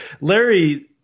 Larry